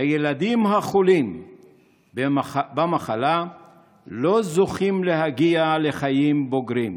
הילדים החולים במחלה לא זוכים להגיע לחיים בוגרים,